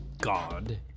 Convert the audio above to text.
God